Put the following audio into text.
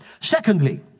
Secondly